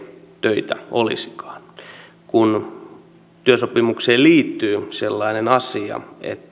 töitä olisikaan työsopimukseen liittyy sellainen asia että